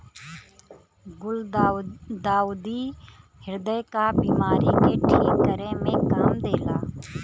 गुलदाउदी ह्रदय क बिमारी के ठीक करे में काम देला